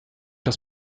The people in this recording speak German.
das